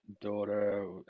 daughter